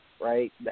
right